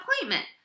appointment